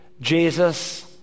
Jesus